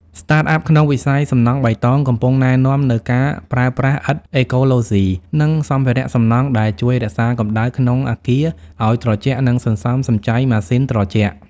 Startups ក្នុងវិស័យសំណង់បៃតង កំពុងណែនាំនូវការប្រើប្រាស់ឥដ្ឋអេកូឡូស៊ី និងសម្ភារៈសំណង់ដែលជួយរក្សាកម្ដៅក្នុងអគារឱ្យត្រជាក់ និងសន្សំសំចៃម៉ាស៊ីនត្រជាក់។